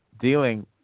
dealing